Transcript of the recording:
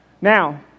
Now